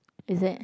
is it